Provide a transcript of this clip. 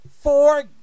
four